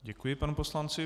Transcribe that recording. Děkuji panu poslanci.